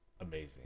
amazing